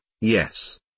yes